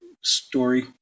story